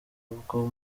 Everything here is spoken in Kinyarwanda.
bwo